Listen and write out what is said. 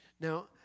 Now